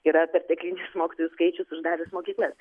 yra perteklinis mokytojų skaičius uždarius mokyklas